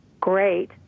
great